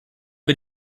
bin